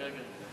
כן, כן.